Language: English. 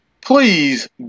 please